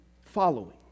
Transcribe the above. following